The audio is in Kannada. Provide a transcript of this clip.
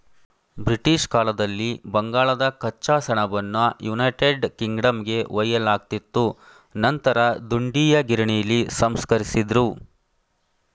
ಬ್ರಿಟಿಷ್ ಕಾಲದಲ್ಲಿ ಬಂಗಾಳದ ಕಚ್ಚಾ ಸೆಣಬನ್ನು ಯುನೈಟೆಡ್ ಕಿಂಗ್ಡಮ್ಗೆ ಒಯ್ಯಲಾಗ್ತಿತ್ತು ನಂತರ ದುಂಡೀಯ ಗಿರಣಿಲಿ ಸಂಸ್ಕರಿಸಿದ್ರು